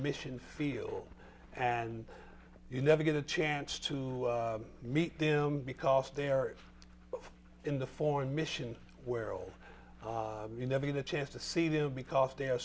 mission field and you never get a chance to meet them because they're in the foreign mission where old you never had a chance to see them because they're